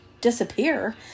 disappear